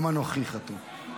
גם אנוכי חתום.